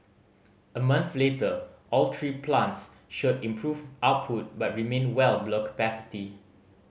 a month later all three plants showed improved output but remained well below capacity